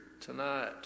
tonight